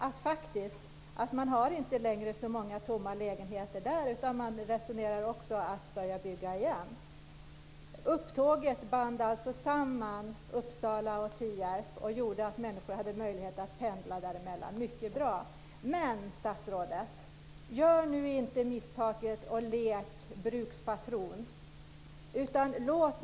Det har gjort att man faktiskt inte längre har så många tomma lägenheter där. Man resonerar också om att börja bygga igen. Upptåget band alltså samman Uppsala och Tierp och gjorde att människor fick möjlighet att pendla däremellan. Det är mycket bra. Gör nu inte misstaget att leka brukspatron, statsrådet.